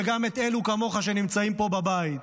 וגם את אלה כמוך שנמצאים פה בבית.